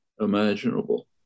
imaginable